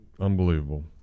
Unbelievable